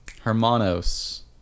hermanos